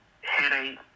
headache